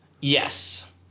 Yes